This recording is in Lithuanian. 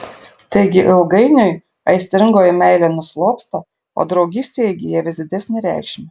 taigi ilgainiui aistringoji meilė nuslopsta o draugystė įgyja vis didesnę reikšmę